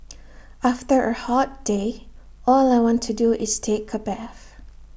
after A hot day all I want to do is take A bath